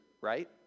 right